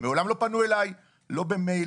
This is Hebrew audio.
מעולם לא פנוי אלי - לא במייל,